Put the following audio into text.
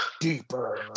Deeper